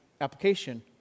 application